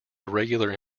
irregular